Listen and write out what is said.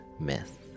myth